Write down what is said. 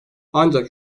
ancak